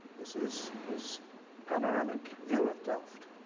this is his panoramic view of delft.